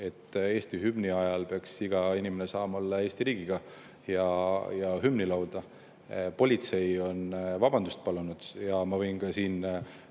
Eesti hümni ajal peaks iga inimene saama olla Eesti riigiga ja hümni laulda. Politsei on vabandust palunud ja ma võin ka siin